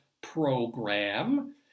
program